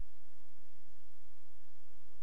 לכן,